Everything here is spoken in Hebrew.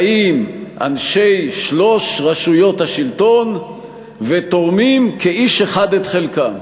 באים אנשי שלוש רשויות השלטון ותורמים כאיש אחד את חלקם,